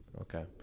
Okay